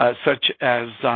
ah such as